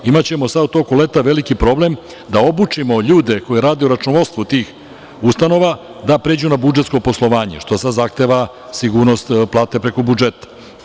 Imaćemo sada u toku leta veliki problem da obučimo ljude koji rade u računovodstvu tih ustanova, da pređu na budžetsko poslovanje, što sada zahteva sigurnost plate preko budžeta.